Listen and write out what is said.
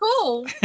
cool